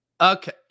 Okay